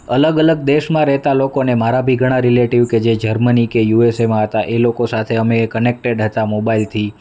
અલગ અલગ દેશમાં રહેતા લોકોને મારા બી ઘણાં રિલેટિવ કે જે જર્મની કે યુએસએમાં હતા એ લોકો સાથે અમે એ કનેક્ટેડ હતા મોબાઈલથી